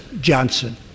Johnson